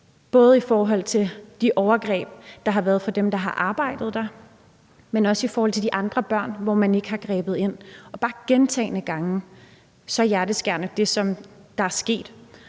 både i forhold til de overgreb, der var af dem, der har arbejdet der, men også i forhold til de andre børn, hvor man ikke har grebet ind gentagne gange. Det er så hjerteskærende, det, som er sket,